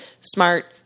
smart